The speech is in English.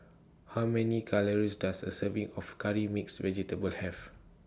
How Many Calories Does A Serving of Curry Mixed Vegetable Have